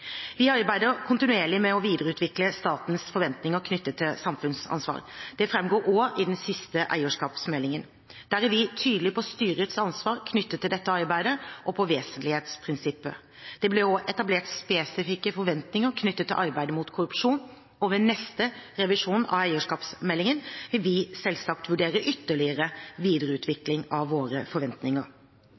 Vi arbeider kontinuerlig med å videreutvikle statens forventninger knyttet til samfunnsansvar. Det fremgår også i den siste eierskapsmeldingen. Der er vi tydelige på styrets ansvar knyttet til dette arbeidet og på vesentlighetsprinsippet. Det ble også etablert spesifikke forventninger knyttet til arbeidet mot korrupsjon. Ved neste revisjon av eierskapsmeldingen vil vi selvsagt vurdere ytterligere videreutvikling av våre forventninger.